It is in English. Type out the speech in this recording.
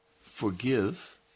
forgive